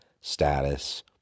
status